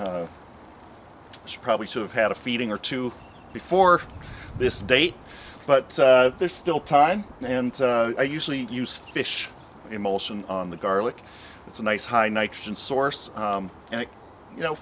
which probably should have had a feeding or two before this date but there's still time and i usually use fish emulsion on the garlic it's a nice high nitrogen source and you know